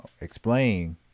explain